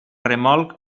remolc